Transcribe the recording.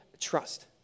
trust